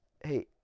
Hey